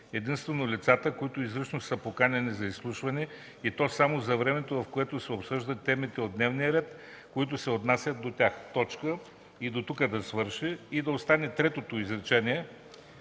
единствено лицата, които изрично са поканени за изслушване, и то само за времето, в което се обсъждат темите от дневния ред, които се отнасят до тях.” И да остане третото изречение: